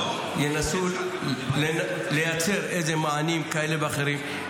ינסו לייצר מענים כאלה ואחרים.